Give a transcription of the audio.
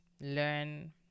learn